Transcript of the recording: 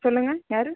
சொல்லுங்கள் யார்